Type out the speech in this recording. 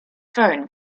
phone